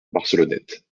barcelonnette